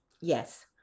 yes